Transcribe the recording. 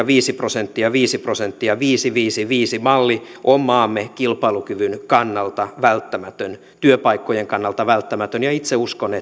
viisi prosenttia viisi prosenttia viisi plus viisi plus viisi malli on maamme kilpailukyvyn kannalta välttämätön työpaikkojen kannalta välttämätön itse uskon